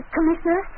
Commissioner